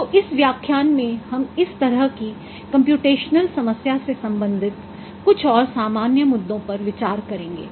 तो इस व्याख्यान में हम इस तरह की कम्प्यूटेशनल समस्या से संबंधित कुछ और सामान्य मुद्दों पर विचार करेंगे